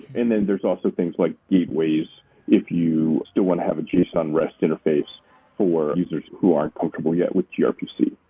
and then there's also things like gateways if you still want to have a json rest interface for users who are uncomfortable yet with grpc.